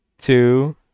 Two